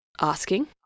asking